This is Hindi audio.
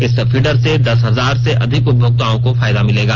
इस फीडर से दस हजार से अधिक उपभोक्ताओं को फायदा मिलेगा